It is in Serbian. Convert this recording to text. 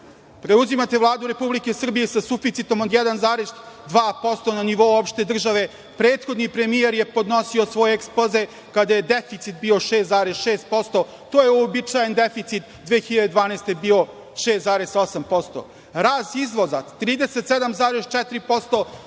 preuzimate Vladu Republike Srbije sa suficitom od 1,2% na nivou opšte države. Prethodni premijer je podnosio svoj ekspoze kada je deficit bio 6,6%. To je uobičajen deficit, 2012. godine je bio 6,8%. Rast izvoza je 37,4%,